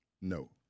No